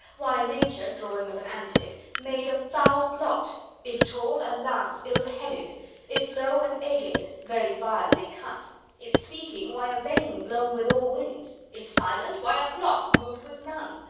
why, nature, drawing of an antick, made a foul blot if tall, a lance ill-headed if low, an agate very vilely cut if speaking, why, a vane blown with all winds if silent, why, a block moved with none.